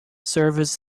service